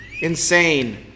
Insane